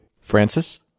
Francis